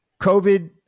COVID